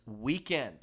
weekend